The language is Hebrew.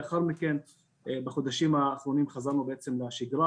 לאחר מכן בחודשים האחרונים חזרנו לשגרה,